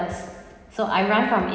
first so I run from